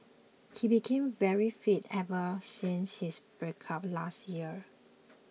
he became very fit ever since his breakup last year